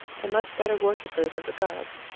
and much better worshippers of the gods.